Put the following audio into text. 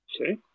Okay